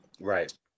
Right